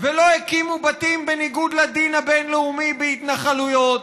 ולא הקימו בתים בניגוד לדין הבין-לאומי בהתנחלויות,